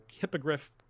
hippogriff